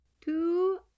Two